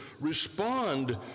respond